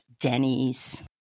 Denny's